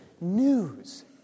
news